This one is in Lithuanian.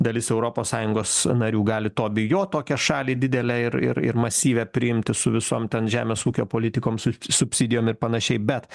dalis europos sąjungos narių gali to bijot tokią šalį didelę ir ir masyvią priimti su visom ten žemės ūkio politikoms subsidijom ir panašiai bet